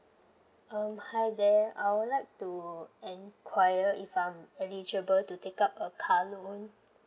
um hi there I would like to enquire if I'm eligible to take up a car loan